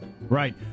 Right